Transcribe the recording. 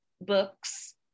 books